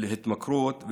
להתמכרות,